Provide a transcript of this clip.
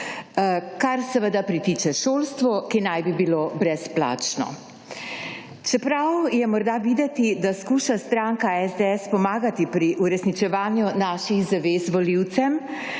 Kar seveda pritiče šolstvu, ki naj bi bilo brezplačno. Čeprav je morda videti, da skuša stranka SDS pomagati pri uresničevanju naših zavez volivcem,